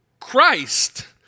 Christ